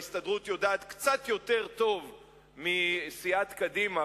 וההסתדרות יודעת קצת יותר טוב מסיעת קדימה,